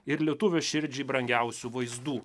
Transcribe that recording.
ir lietuvio širdžiai brangiausių vaizdų